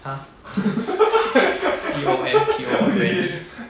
!huh! C O M P O U N